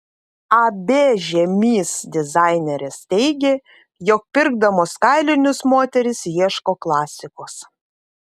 ab žiemys dizainerės teigė jog pirkdamos kailinius moterys ieško klasikos